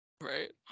Right